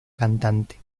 cantante